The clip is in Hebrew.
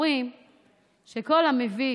אומרים שכל המביא